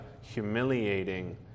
humiliating